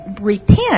repent